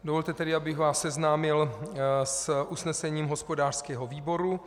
Dovolte tedy, abych vás seznámil s usnesením hospodářského výboru.